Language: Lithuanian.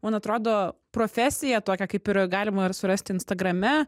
man atrodo profesija tokią kaip ir galima ir surasti instagrame